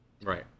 Right